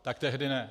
Tak tehdy ne.